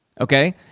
okay